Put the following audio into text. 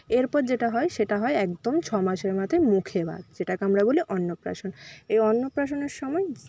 এরপর যেটা হয় সেটা হয় একদম ছমাসের মাথায় মুখেভাত যেটাকে আমরা বলি অন্নপ্রাশন এই অন্নপ্রাশনের সময়